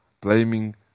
blaming